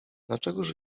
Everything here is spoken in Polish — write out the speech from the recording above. dlaczegóż